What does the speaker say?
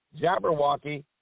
Jabberwocky